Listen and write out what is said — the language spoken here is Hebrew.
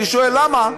אני שואל: למה?